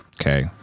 Okay